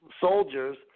soldiers